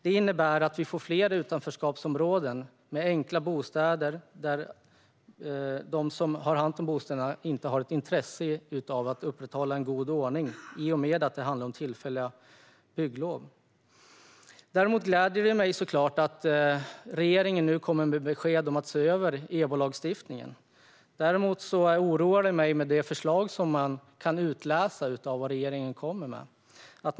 Detta innebär att vi får fler utanförskapsområden med enkla bostäder där de som har hand om bostäderna inte har ett intresse av att upprätthålla en god ordning i och med att det handlar om tillfälliga bygglov. Däremot gläder det mig att regeringen nu kommer med besked om att EBO-lagstiftningen ska ses över. Men det förslag som man kan utläsa att regeringen kommer med oroar mig.